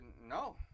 no